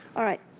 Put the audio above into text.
all right.